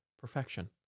perfection